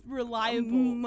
reliable